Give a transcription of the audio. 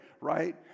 right